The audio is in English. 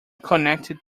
concerned